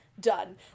done